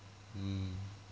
mm